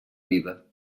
vida